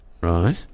right